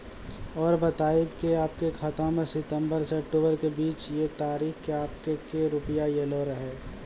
और बतायब के आपके खाते मे सितंबर से अक्टूबर के बीज ये तारीख के आपके के रुपिया येलो रहे?